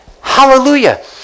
Hallelujah